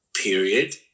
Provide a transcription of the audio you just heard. period